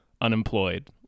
unemployed